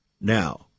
now